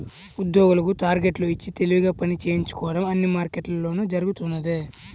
ఉద్యోగులకు టార్గెట్లు ఇచ్చి తెలివిగా పని చేయించుకోవడం అన్ని మార్కెట్లలోనూ జరుగుతున్నదే